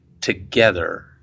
together